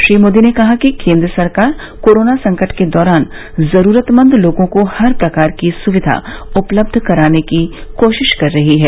श्री मोदी ने कहा कि केन्द्र सरकार कोरोना संकट के दौरान जरूरतमंद लोगों को हर प्रकार की सुविधा उपलब्ध कराने की कोशिश कर रही है